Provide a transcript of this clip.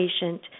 patient